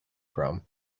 chrome